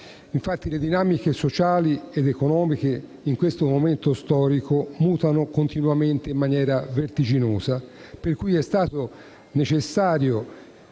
Infatti le dinamiche sociali ed economiche in questo momento storico mutano continuamente in maniera vertiginosa, per cui è stato necessario